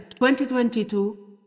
2022